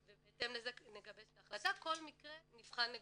ובהתאם לזה נגבש את ההחלטה, כל מקרה נבחן לגופו.